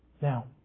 Now